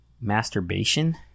masturbation